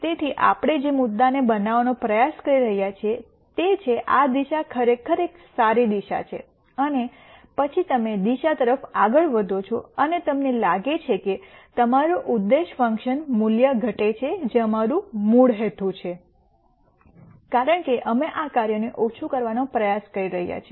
તેથી આપણે જે મુદ્દાને બનાવવાનો પ્રયાસ કરી રહ્યા છીએ તે છે આ દિશા ખરેખર એક સારી દિશા છે અને પછી તમે દિશા તરફ આગળ વધો છો અને તમને લાગે છે કે તમારું ઉદ્દેશ ફંકશન મૂલ્ય ઘટે છે જે અમારું મૂળ હેતુ છે કારણ કે અમે આ કાર્યને ઓછું કરવાનો પ્રયાસ કરી રહ્યા છીએ